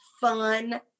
fun